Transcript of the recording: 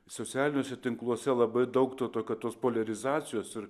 socialiniuose tinkluose labai daug to tokio tos poliarizacijos ir